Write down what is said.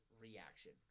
reaction